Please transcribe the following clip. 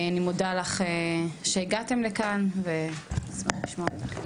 אני מודה לך שהגעתם לכאן ונשמח לשמוע אותך.